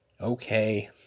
Okay